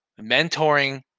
mentoring